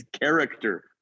character